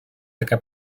таке